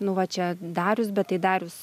nu va čia darius bet tai darius